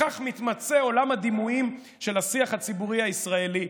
בכך מתמצה עולם הדימויים של השיח הציבורי הישראלי,